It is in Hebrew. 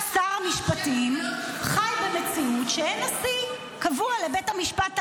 שר המשפטים חי במציאות שאין נשיא קבוע לבית המשפט העליון,